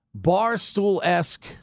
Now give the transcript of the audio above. Barstool-esque